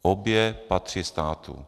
Obě patří státu.